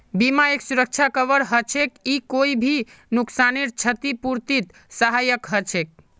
बीमा एक सुरक्षा कवर हछेक ई कोई भी नुकसानेर छतिपूर्तित सहायक हछेक